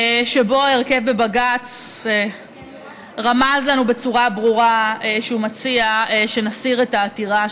שבו ההרכב בבג"ץ רמז לנו בצורה ברורה שהוא מציע שנסיר את העתירה,